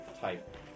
type